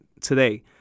today